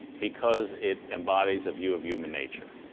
because it embodies a view of human nature.